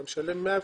אתה משלם 105